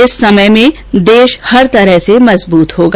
इस समय में देश हर तरह से मजबूत होगा